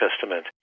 Testament